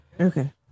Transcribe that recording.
Okay